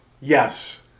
Yes